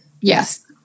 Yes